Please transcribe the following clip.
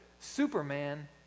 Superman